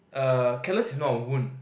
uh callus is not a wound